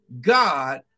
God